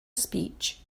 speech